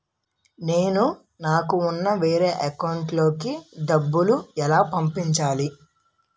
నేను నాకు ఉన్న వేరే అకౌంట్ లో కి డబ్బులు ఎలా పంపించాలి?